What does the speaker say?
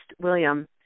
William